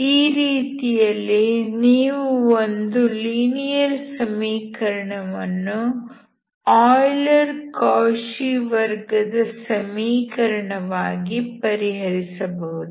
ಈ ರೀತಿಯಲ್ಲಿ ನೀವು ಒಂದು ಲೀನಿಯರ್ ಸಮೀಕರಣವನ್ನು ಆಯ್ಲರ್ ಕೌಶಿ ವರ್ಗದ ಸಮೀಕರಣವಾಗಿ ಪರಿಹರಿಸಬಹುದು